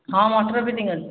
ହଁ motor fitting ଅଛି